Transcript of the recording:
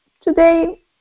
today